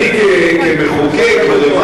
אני מוכן להגיש,